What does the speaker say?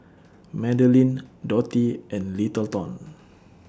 Madelyn Dottie and Littleton